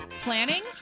Planning